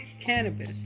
cannabis